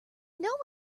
know